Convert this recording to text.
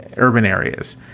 and urban areas,